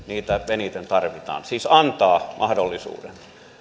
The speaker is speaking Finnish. eniten tarvitaan siis antaa mahdollisuuden